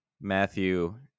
Matthew